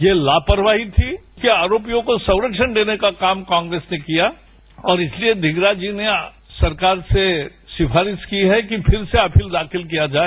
ये लापवाही थी कि आरोपियों को संरक्षण देने का काम कांग्रेस ने किया और इसलिए ढींगरा जी ने सरकार से सिफारिश की है कि फिर से अपील दाखिल किया जाए